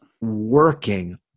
working